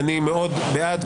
אני מאוד בעד,